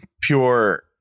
pure